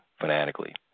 fanatically